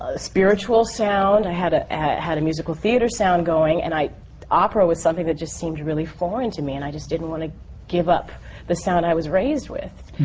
ah spiritual sound. i had ah had a musical theatre sound going. and opera was something that just seemed really foreign to me, and i just didn't want to give up the sound i was raised with.